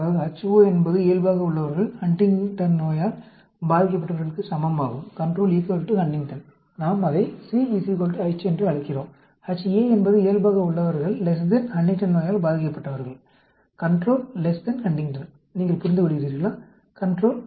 அதாவது Ho என்பது இயல்பாக உள்ளவர்கள் ஹண்டிங்டன் நோயால் பாதிக்கப்பட்டவர்களுக்குச் சமம் ஆகும் நாம் அதை C H என்று அழைக்கிறோம் Ha என்பது இயல்பாக உள்ளவர்கள் ஹண்டிங்டன் நோயால் பாதிக்கப்பட்டவர்கள் control Huntington நீங்கள் புரிந்துகொள்கிறீர்களா